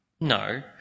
No